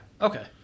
okay